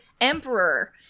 emperor